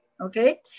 Okay